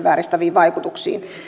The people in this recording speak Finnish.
vääristäviin vaikutuksiin